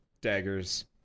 daggers